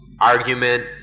argument